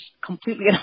completely